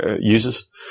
users